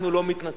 אנחנו לא מתנצלים.